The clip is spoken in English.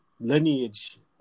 lineage